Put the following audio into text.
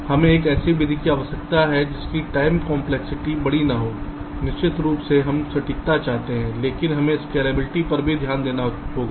हमें एक ऐसी विधि की आवश्यकता है जिसकी टाइम कम्प्लेक्सिटी बड़ी न हो निश्चित रूप से हम सटीकता चाहते हैं लेकिन हमें स्केलेबिलिटी पर भी ध्यान देना होगा